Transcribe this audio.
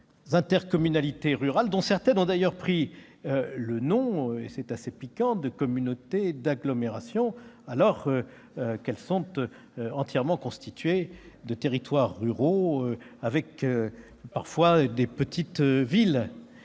intercommunalités rurales, dont certaines ont d'ailleurs pris le nom- c'est assez piquant -de « communauté d'agglomération », alors qu'elles sont entièrement composées de territoires ruraux, avec, parfois, de petites villes